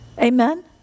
Amen